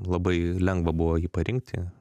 labai lengva buvo jį parinkti